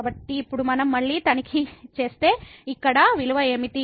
కాబట్టి ఇప్పుడు మనం మళ్ళీ తనిఖీ చేస్తే ఇక్కడ విలువ ఏమిటి